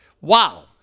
wow